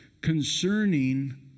concerning